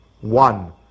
One